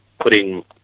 putting